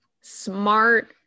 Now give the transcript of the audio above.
smart